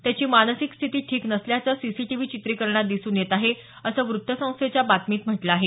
त्याची मानसिक स्थिती ठीक नसल्याचं सीसीटीव्ही चित्रिकरणात दिसून येत आहे असं व्रत्तसंस्थेच्या बातमीत म्हटलं आहे